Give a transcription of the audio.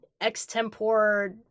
extempore